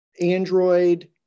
Android